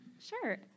Sure